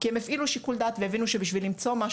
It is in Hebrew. כי הם הפעילו שיקול דעת והם הבינו שבשביל למצוא משהו.